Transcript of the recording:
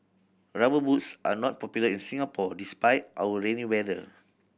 Rubber Boots are not popular in Singapore despite our rainy weather